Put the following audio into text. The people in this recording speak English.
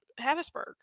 Hattiesburg